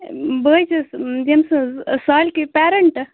بہٕ چھَس ییٚمۍ سٕنٛز سالکِن پیرٮ۪نٹ